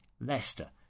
Leicester